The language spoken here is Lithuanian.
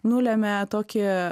nulemia tokį